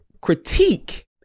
critique